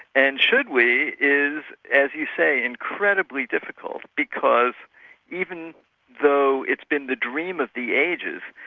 and should we, is, as you say, incredibly difficult because even though it's been the dream of the ages,